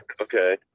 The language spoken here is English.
Okay